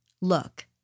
look